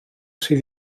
sydd